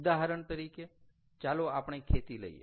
ઉદાહરણ તરીકે ચાલો આપણે ખેતી લઈએ